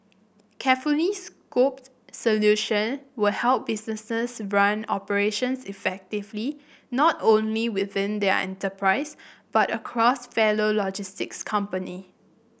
carefully scoped solution will help businesses run operations effectively not only within their enterprise but across fellow logistics company